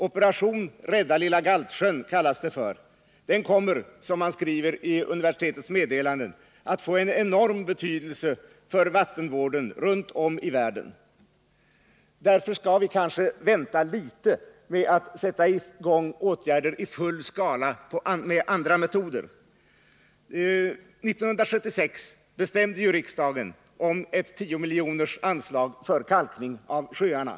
Operation Rädda Lilla Galtsjön, som det heter, kommer enligt universitetets meddelanden att få en enorm betydelse för vattenvården runt om i världen. Därför skall vi kanske vänta litet med att sätta i gång åtgärder i full skala med andra metoder. 1976 bestämde ju riksdagen om ett tiomiljonersanslag för kalkning av sjöarna.